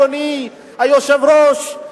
אדוני היושב-ראש,